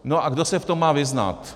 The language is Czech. No a kdo se v tom má vyznat?